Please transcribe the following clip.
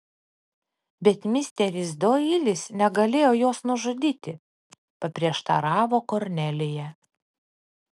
bet misteris doilis negalėjo jos nužudyti paprieštaravo kornelija